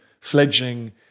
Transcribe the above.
fledging